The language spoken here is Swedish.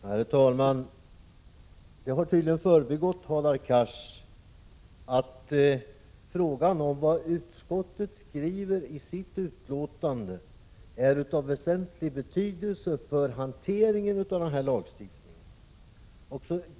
Herr talman! Det har tydligen gått förbi Hadar Cars att vad utskottet skriver i sitt betänkande är av väsentlig betydelse för hanteringen av den här lagstiftningen.